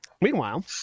Meanwhile